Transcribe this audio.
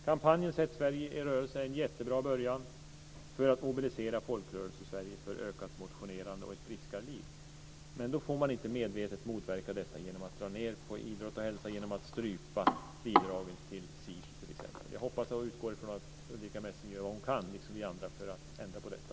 Kampanjen Sätt Sverige i rörelse är en jättebra början för att mobilisera Folkrörelsesverige för ökat motionerande och ett friskare liv, men då får man inte medvetet motverka detta genom att dra ned på idrott och hälsa och genom att strypa bidragen till SISU. Jag hoppas och utgår från att Ulrica Messing gör vad hon kan, liksom vi andra, för att ändra på detta.